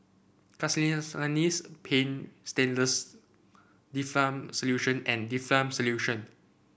Castellani's Paint Stainless Difflam Solution and Difflam Solution